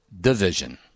division